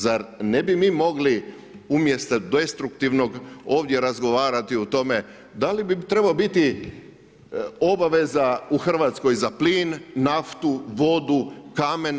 Zar ne bi mi mogli umjesto destruktivnog, ovdje razgovarati o tome da li bi trebao biti obaveza u Hrvatskoj za plin, naftu, vodu, kamen?